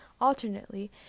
Alternately